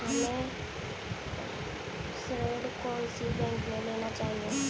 हमें ऋण कौन सी बैंक से लेना चाहिए?